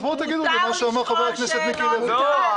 אז בואו תגידו לי מה שאמר חבר הכנסת מיקי לוי.